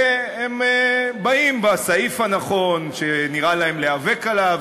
והם באים לסעיף שנראה להם נכון להיאבק עליו,